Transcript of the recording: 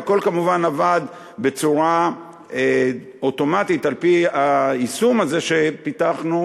והכול כמובן עבד בצורה אוטומטית על-פי היישום הזה שפיתחנו.